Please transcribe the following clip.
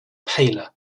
paler